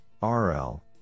RL